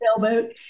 sailboat